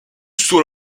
sous